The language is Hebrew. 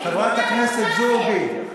זה מה שאמרתי לך: רק תשמרי על החוק במדינה דמוקרטית.